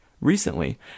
Recently